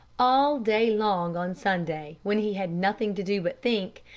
all day long on sunday, when he had nothing to do but think,